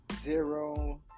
Zero